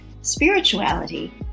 spirituality